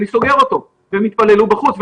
אני סוגר אותו והם יתפללו בחוץ.